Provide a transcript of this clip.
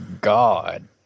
God